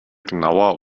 genauer